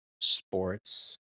sports